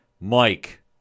Mike